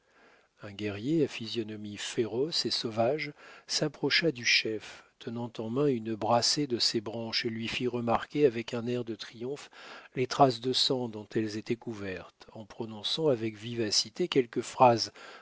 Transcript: un guerrier à physionomie féroce et sauvage s'approcha du chef tenant en main une brassée de ces branches et lui fit remarquer avec un air de triomphe les traces de sang dont elles étaient couvertes en prononçant avec vivacité quelques phrases